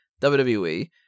WWE